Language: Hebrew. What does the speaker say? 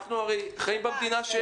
אנחנו הרי חיים במדינה.